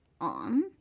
on